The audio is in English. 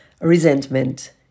resentment